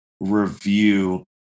review